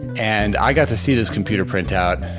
and i got to see this computer print out,